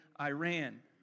Iran